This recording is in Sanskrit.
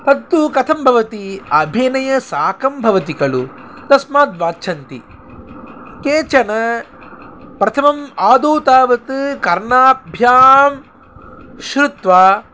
तत्तु कथं भवति अभिनयसाकं भवति खलु तस्मात् वाञ्छन्ति केचन् प्रथमम् आदौ तावत् कर्णाभ्यां श्रुत्वा